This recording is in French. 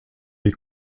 des